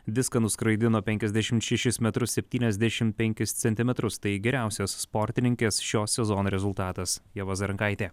diską nuskraidino penkiasdešimt šešis metrus septyniasdešim penkis centimetrus tai geriausias sportininkės šio sezono rezultatas ieva zarankaitė